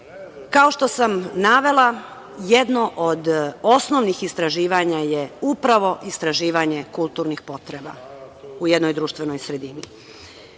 što sam navela, jedno od osnovnih istraživanja je upravo istraživanje kulturnih potreba u jednoj društvenoj sredini.